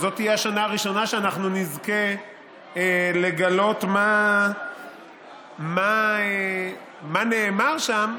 שתהיה השנה הראשונה שאנחנו נזכה לגלות בה מה נאמר שם,